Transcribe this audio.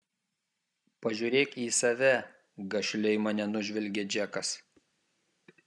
pažiūrėk į save gašliai mane nužvelgia džekas